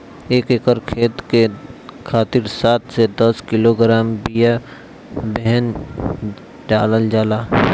एक एकर खेत के खातिर सात से दस किलोग्राम बिया बेहन डालल जाला?